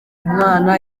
umwana